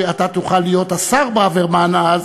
שאתה תוכל להיות השר ברוורמן אז,